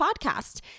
podcast